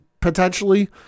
potentially